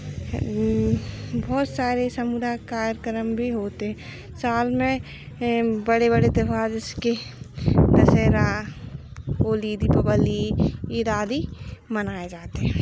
बहुत सारे सामुदायिक कार्यक्रम भी होते साल में बड़े बड़े त्योहार जैसे कि दशहरा होली दिपावली ईद आदि मनाए जाते हैं